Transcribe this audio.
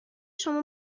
شما